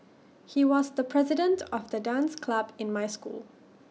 he was the president of the dance club in my school